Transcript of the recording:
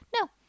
No